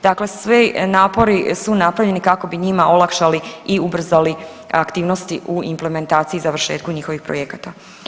Dakle, svi napori su napravljeni kako bi njima olakšali i ubrzali aktivnosti u implementaciji i završetku njihovih projekata.